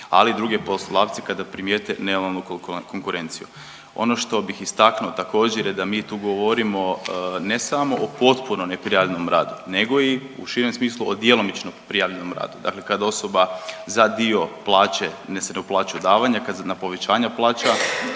ali i druge poslodavce kada primijete nelojalnu konkurenciju. Ono što bih istaknuo također je da mi tu govorimo ne samo o potpuno neprijavljenom radu nego i u širem smislu o djelomično prijavljenom radu, dakle kad osoba za dio plaće …/Govornik se ne razumije/…na povećanja plaća,